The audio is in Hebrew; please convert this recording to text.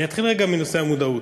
אני אתחיל רגע מנושא המודעות,